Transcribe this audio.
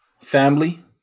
Family